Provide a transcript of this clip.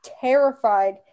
terrified